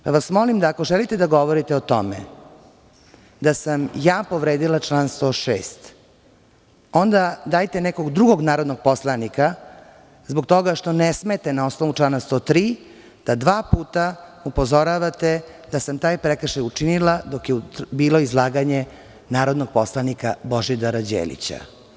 Molim vas, ako želite da govorite o tome, da sam ja povredila član 106. onda dajte nekog drugog narodnog poslanika, zbog toga što ne smete na osnovu člana 103. da dva puta upozoravate da sam taj prekršaj učinila dok je bilo izlaganje narodnog poslanika Božidara Đelića.